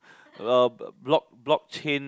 !walao! block block chain